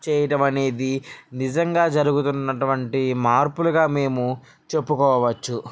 చేయటం అనేది నిజంగా జరుగుతున్నటువంటి మార్పులుగా మేము చెప్పుకోవచ్చు